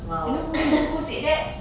!wow!